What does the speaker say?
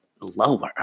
lower